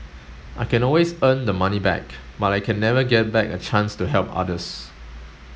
I can always earn the money back but I can never get back a chance to help others